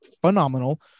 phenomenal